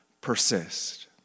persist